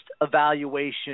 evaluation